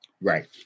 right